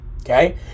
okay